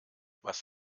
was